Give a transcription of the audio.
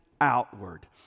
outward